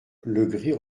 legris